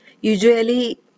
usually